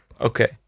Okay